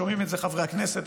שומעים את זה חברי הכנסת,